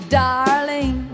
darling